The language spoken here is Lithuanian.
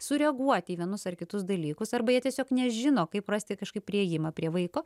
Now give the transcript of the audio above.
sureaguoti į vienus ar kitus dalykus arba jie tiesiog nežino kaip rasti kažkaip priėjimą prie vaiko